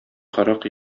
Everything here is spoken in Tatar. кырык